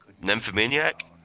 *Nymphomaniac*